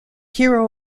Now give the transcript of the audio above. hero